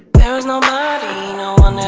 there is nobody, no